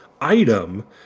item